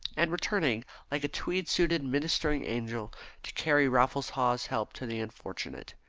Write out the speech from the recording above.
and returning like a tweed-suited ministering angel to carry raffles haw's help to the unfortunate.